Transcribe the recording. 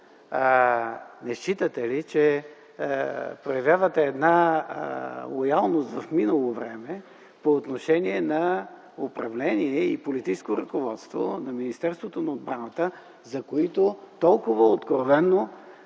не считате ли, че проявявате една лоялност в минало време по отношение на управление и политическо ръководство на Министерството на отбраната, за които толкова откровено